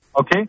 okay